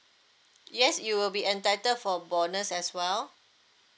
yes you will be entitled for bonus as well